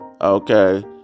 okay